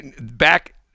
back